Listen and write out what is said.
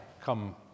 come